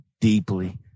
deeply